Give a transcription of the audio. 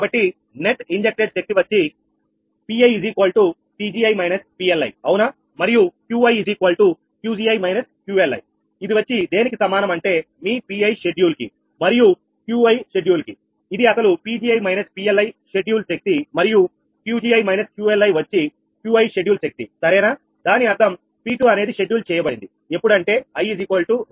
కాబట్టి net injected శక్తి వచ్చి PiPgi PLiఅవునా మరియు QiQgi QLiఇది వచ్చి దేనికి సమానం అంటే మీ Pi షెడ్యూల్ కి మరియు Qi షెడ్యూల్ కి ఇది అసలు Pgi PLiషెడ్యూల్ శక్తి మరియు Qgi QLiవచ్చి Qiషెడ్యూల్ శక్తి సరేనా దాని అర్థం P2 అనేది షెడ్యూల్ చేయబడింది ఎప్పుడంటే i 2 Pg2 PL2